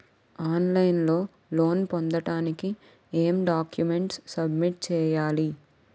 On line లో loan పొందటానికి ఎం డాక్యుమెంట్స్ సబ్మిట్ చేయాలి?